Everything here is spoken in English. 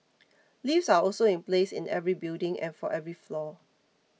lifts are also in place in every building and for every floor